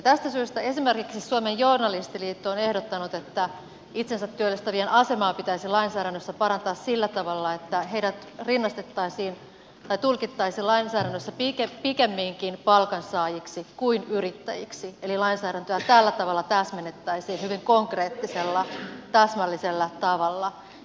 tästä syystä esimerkiksi suomen journalistiliitto on ehdottanut että itsensä työllistävien asemaa pitäisi lainsäädännössä parantaa sillä tavalla että heidät tulkittaisiin lainsäädännössä pikemminkin palkansaajiksi kuin yrittäjiksi eli lainsäädäntöä tällä tavalla täsmennettäisiin hyvin konkreettisella täsmällisellä tavalla